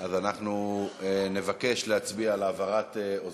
אנחנו נבקש להצביע על העברת ההצעה